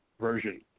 version